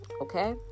Okay